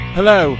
Hello